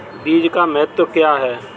बीज का महत्व क्या है?